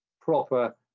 proper